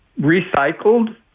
recycled